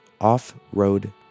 Off-road